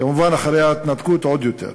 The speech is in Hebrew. כמובן, אחרי ההתנתקות עוד יותר.